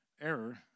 error